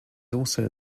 also